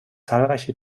zahlreiche